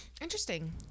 Interesting